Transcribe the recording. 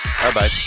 Bye-bye